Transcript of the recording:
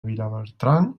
vilabertran